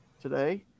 today